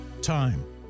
Time